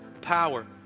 power